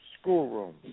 schoolroom